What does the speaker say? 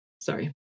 sorry